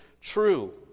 true